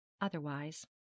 otherwise